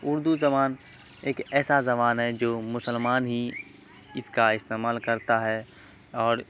اردو زبان ایک ایسا زبان ہے جو مسلمان ہی اس کا استعمال کرتا ہے اور